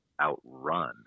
outrun